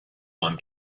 one